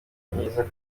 myiza